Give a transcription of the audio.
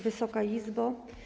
Wysoka Izbo!